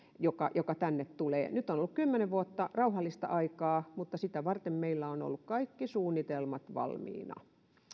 joka joka tänne tulee nyt on ollut kymmenen vuotta rauhallista aikaa mutta sitä varten meillä ovat olleet kaikki suunnitelmat valmiina